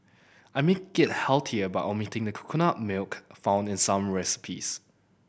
I make it healthier by omitting the coconut milk found in some recipes